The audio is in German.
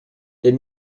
der